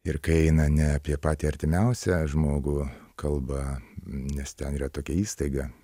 ir kai eina ne apie patį artimiausią žmogų kalba nes ten yra tokia įstaiga